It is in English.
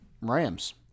Rams